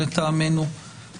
לטעמנו,